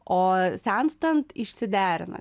o senstant išsiderina